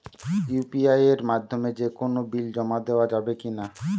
UPI এর মাধ্যমে যে কোনো বিল জমা দেওয়া যাবে কি না?